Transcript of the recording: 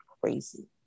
crazy